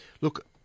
Look